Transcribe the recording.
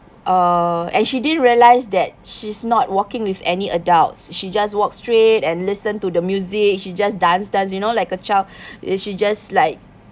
uh and she didn't realise that she's not walking with any adults she just walk straight and listen to the music she just dance dance you know like a child is she just like